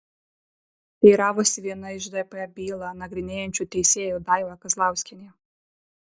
teiravosi viena iš dp bylą nagrinėjančių teisėjų daiva kazlauskienė